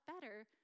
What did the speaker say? better